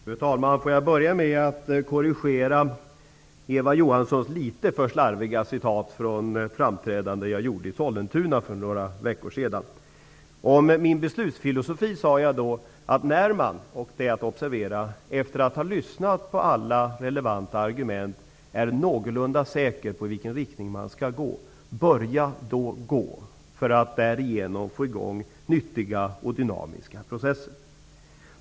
Fru talman! Får jag börja med att korrigera Eva Johanssons litet slarviga citat från mitt framträdande i Sollentuna för några veckor sedan. Jag sade följande om min beslutsfilosofi. När man efter att ha -- observera! -- lyssnat på alla relevanta argument är någorlunda säker på i vilken riktning man skall gå, skall man då börja gå för att därigenom få i gång nyttiga och dynamiska processer.